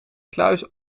kluis